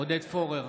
עודד פורר,